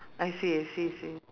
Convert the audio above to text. I see I see see